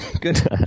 good